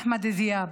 אחמד דיאב,